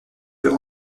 peut